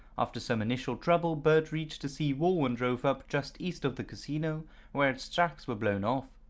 after some initial trouble, bert reached the sea wall and drove up just east of the casino where its tracks were blown off.